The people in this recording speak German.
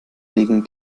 regen